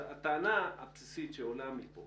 הטענה הבסיסית, שעולה מפה,